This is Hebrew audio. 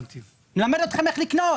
נלמד אתכם איך לקנות.